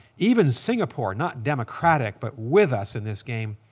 even singapore, not democratic but with us in this game.